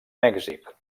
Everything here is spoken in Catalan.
mèxic